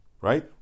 Right